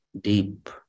deep